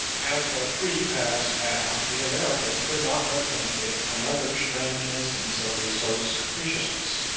as the three passed aft, the american could not but think it another strange instance of his host's capriciousness,